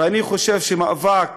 ואני חושב שמאבק